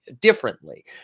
differently